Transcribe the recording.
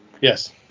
yes